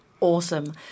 Awesome